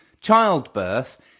childbirth